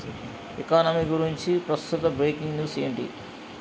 economy గురించి ప్రస్తుత breaking news ఏంటి